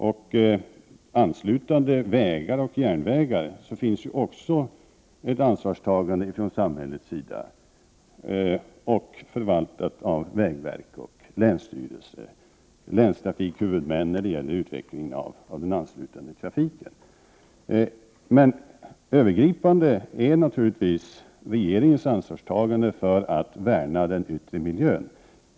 När det gäller anslutande vägar och järnvägar finns också ett ansvarstagande från samhällets sida, förvaltat av vägverket, länsstyrelserna och länstrafikhuvudmännen, för utvecklingen av den anslutande trafiken. Övergripande är naturligtvis regeringens ansvarstagande för att värna den yttre miljön.